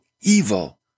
evil